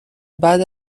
بعد